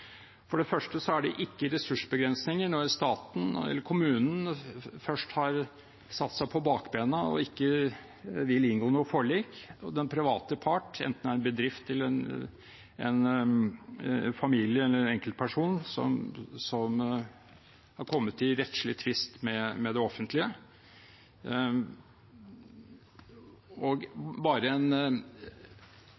For det første er det ikke ressursbegrensninger når staten eller kommunen først har satt seg på bakbena og ikke vil inngå noe forlik, og den private part, enten det er en bedrift, en familie eller en enkeltperson, har kommet i rettslig tvist med det offentlige.